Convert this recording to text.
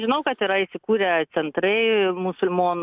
žinau kad yra įsikūrę centrai musulmonų